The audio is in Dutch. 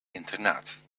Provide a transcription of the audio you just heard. internaat